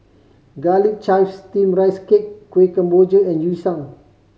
Garlic Chives Steamed Rice Cake Kueh Kemboja and Yu Sheng